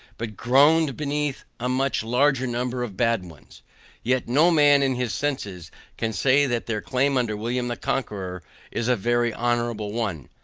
but groaned beneath a much larger number of bad ones yet no man in his senses can say that their claim under william the conqueror is a very honorable one.